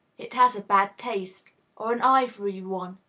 it has a bad taste or an ivory one,